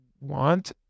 want